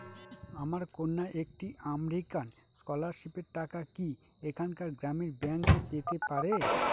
আমার কন্যা একটি আমেরিকান স্কলারশিপের টাকা কি এখানকার গ্রামীণ ব্যাংকে পেতে পারে?